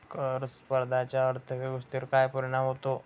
कर स्पर्धेचा अर्थव्यवस्थेवर काय परिणाम होतो?